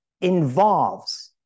involves